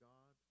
God